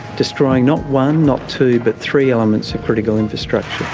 destroying not one, not two but three elements critical infrastructure.